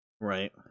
right